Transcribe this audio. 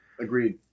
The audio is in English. agreed